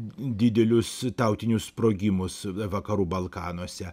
didelius tautinius sprogimus vakarų balkanuose